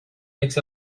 makes